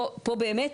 פה באמת,